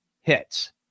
hits